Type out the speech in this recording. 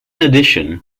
addition